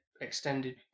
extended